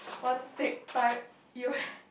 one tick time you